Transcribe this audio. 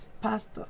Pastor